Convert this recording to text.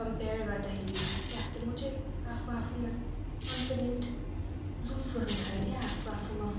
compare गर्दाखेरि आस्ते आस्ते म चाहिँ आफू आफूमा कन्फिडेन्ट लुज गर्नु थालेँ क्या आफू आफूमा